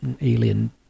alien